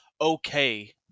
okay